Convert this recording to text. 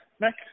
Nick